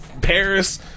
Paris